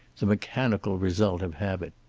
the mechanical result of habit.